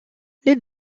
les